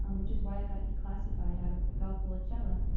um which is why it got declassified out of valpolicella.